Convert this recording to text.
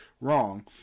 wrong